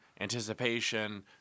anticipation